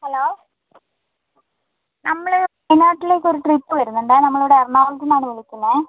hello നമ്മൾ വയനാട്ടിലേക്ക് ഒരു ട്രിപ്പ് വരുന്നുണ്ടേ നമ്മളിവിടെ എറണാകുളത്തിന്ന് ആണ് വിളിക്കുന്നേ